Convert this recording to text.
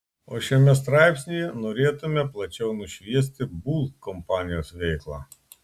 o šiame straipsnyje norėtumėme plačiau nušviesti bull kompanijos veiklą